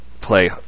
play